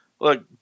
look